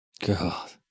God